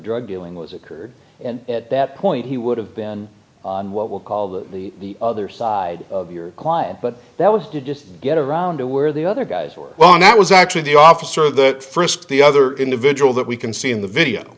drug dealing was occurred and at that point he would have been on what will call the the other side of your client but that was to just get around to where the other guys were well and that was actually the officer that first the other individual that we can see in the video